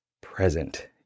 present